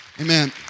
Amen